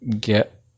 get